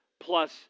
plus